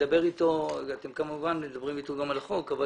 אתם כמובן גם מדברים אתו על החוק אבל